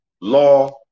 law